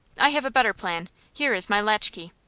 i have a better plan. here is my latchkey.